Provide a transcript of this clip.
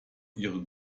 ihre